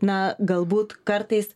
na galbūt kartais